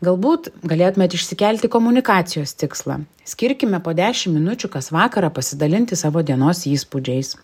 galbūt galėtumėt išsikelti komunikacijos tikslą skirkime po dešim minučių kas vakarą pasidalinti savo dienos įspūdžiais